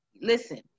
Listen